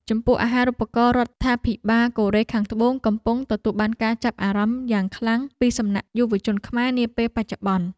ចំពោះអាហារូបករណ៍រដ្ឋាភិបាលកូរ៉េខាងត្បូងកំពុងទទួលបានការចាប់អារម្មណ៍យ៉ាងខ្លាំងពីសំណាក់យុវជនខ្មែរនាពេលបច្ចុប្បន្ន។